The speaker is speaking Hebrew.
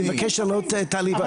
אני מבקש שלא תעליב.